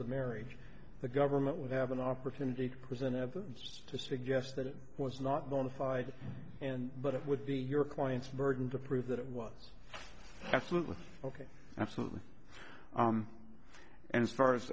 the marriage the government would have an opportunity to present evidence to suggest that it was not bona fide and but it would be your client's burden to prove that it was absolutely ok absolutely and as far as